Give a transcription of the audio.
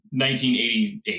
1988